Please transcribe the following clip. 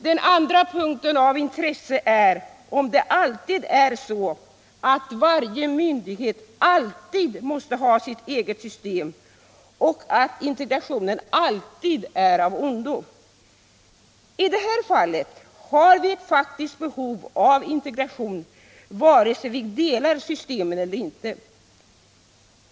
Den andra punkten av intresse är om varje myndighet alltid måste ha sitt eget system och att integration alltid är av ondo. I det här fallet har vi ett faktiskt behov av integration antingen vi delar system eller inte.